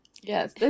yes